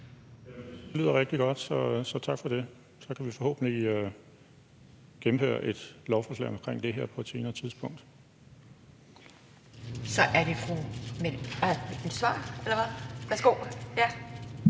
Det lyder rigtig godt, så tak for det. Så kan vi forhåbentlig få et lovforslag om det her igennem på et